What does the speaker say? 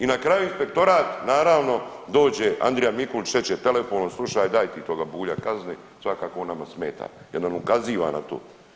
I na kraju inspektorat naravno dođe Andrija Mikulić reče telefonom slušaj daj ti toga Bulja kazni svakako on nama smeta, jer nam ukaziva na to.